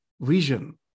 vision